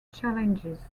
challenges